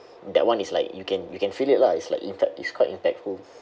that one is like you can you can feel it lah it's like impact~ it's quite impactful